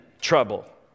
trouble